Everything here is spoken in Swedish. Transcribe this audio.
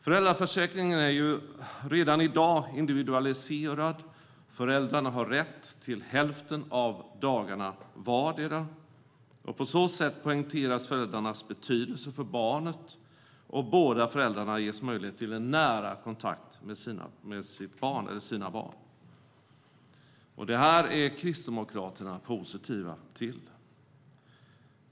Föräldraförsäkringen är redan i dag individualiserad. Föräldrarna har rätt till hälften av dagarna vardera. På så sätt poängteras föräldrarnas betydelse för barnet, och båda föräldrarna ges möjlighet till en nära kontakt med sina barn. Detta är Kristdemokraterna positiva till.